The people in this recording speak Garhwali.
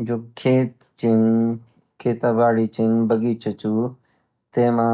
जो खेत छिन खेतबाड़ी छिन बगीचा छिन तेमा